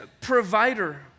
provider